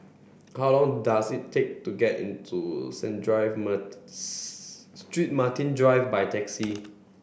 how long does it take to get into Saint Drive Street Martin Drive by taxi